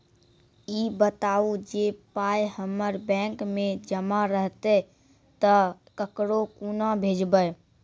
ई बताऊ जे पाय हमर बैंक मे जमा रहतै तऽ ककरो कूना भेजबै?